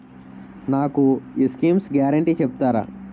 నాకు ఈ schemes guarantee చెప్తారా?